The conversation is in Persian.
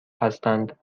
هستند